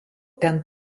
ten